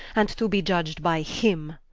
and to be iudg'd by him.